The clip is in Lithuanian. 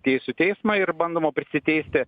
teisių teismą ir bandoma prisiteisti